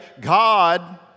God